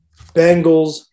Bengals